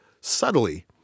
subtly